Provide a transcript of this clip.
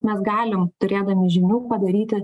mes galim turėdami žinių padaryti